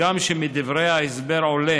הגם שמדברי ההסבר עולה